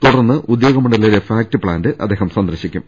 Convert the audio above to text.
തുടർന്ന് ഉദ്യോഗമണ്ഡലിലെ FACT plant സന്ദർശിക്കും